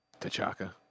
Tachaka